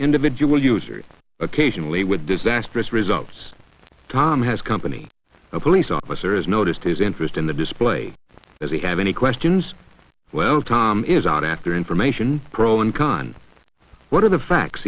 individual user occasionally with disastrous results tom has company a police officer has noticed his interest in the display as we have any questions well tom is out after information pro and con what are the facts